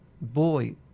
boy